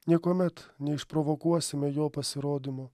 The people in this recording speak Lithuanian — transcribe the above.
niekuomet neišprovokuosime jo pasirodymo